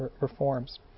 reforms